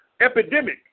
epidemic